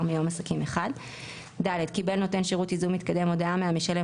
מיום עסקים אחד קיבל נותן שירות ייזום מתקדם הודעה מהמשלם